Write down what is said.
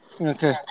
Okay